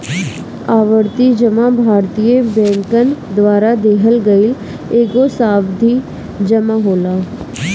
आवर्ती जमा भारतीय बैंकन द्वारा देहल गईल एगो सावधि जमा होला